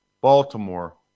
Baltimore